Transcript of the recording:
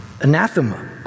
Anathema